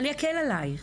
אני אקל עליך.